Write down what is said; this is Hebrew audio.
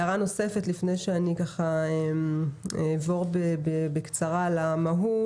הערה נוספת לפני שאני אעבור בקצרה על המהות.